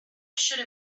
should